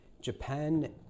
Japan